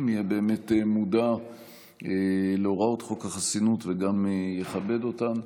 יהיה באמת מודע להוראות חוק החסינות וגם יכבד אותן.